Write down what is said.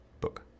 book